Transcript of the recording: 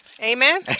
Amen